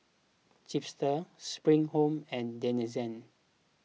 Chipster Spring Home and Denizen